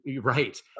Right